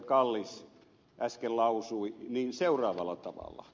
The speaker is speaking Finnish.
kallis äsken lausui seuraavalla tavalla